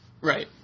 Right